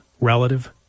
relative